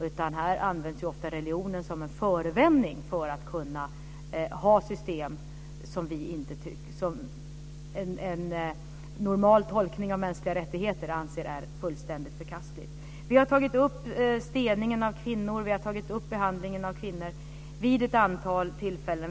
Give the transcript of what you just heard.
Religionen används ofta som en förevändning för system som enligt en normal tolkning av mänskliga rättigheter är fullständigt förkastliga. Vi har tagit upp steningen av kvinnor. Vi har tagit upp behandlingen av kvinnor vid ett antal tillfällen.